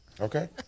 Okay